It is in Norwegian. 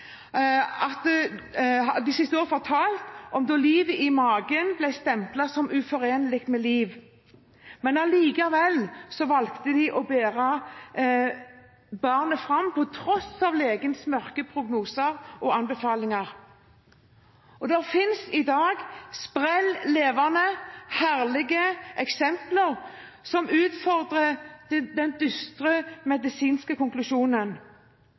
om da livet i magen ble stemplet som «uforenlig med liv», men at de valgte å bære barnet fram på tross av legens mørke prognoser og anbefalinger. Det finnes i dag sprell levende, herlige eksempler som utfordrer den dystre medisinske konklusjonen.